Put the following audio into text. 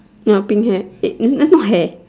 no pink hair eh th~ that's not hair